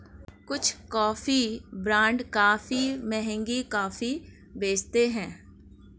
कुछ coffee brand काफी महंगी कॉफी बेचते हैं